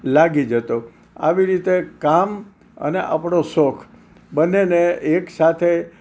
લાગી જતો આવી રીતે કામ અને આપણો શોખ બંનેને એક સાથે